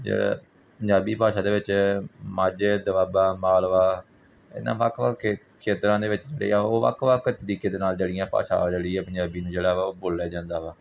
ਜੇ ਪੰਜਾਬੀ ਭਾਸ਼ਾ ਦੇ ਵਿੱਚ ਮਾਝਾ ਦੁਆਬਾ ਮਾਲਵਾ ਇਹਨਾਂ ਵੱਖ ਵੱਖ ਖੇ ਖੇਤਰਾਂ ਦੇ ਵਿੱਚ ਜਿਹੜੇ ਆ ਉਹ ਵੱਖ ਵੱਖ ਤਰੀਕੇ ਦੇ ਨਾਲ ਜਿਹੜੀਆਂ ਭਾਸ਼ਾ ਜਿਹੜੀ ਆ ਪੰਜਾਬੀ ਨੂੰ ਜਿਹੜਾ ਵਾ ਉਹ ਬੋਲਿਆ ਜਾਂਦਾ ਵਾ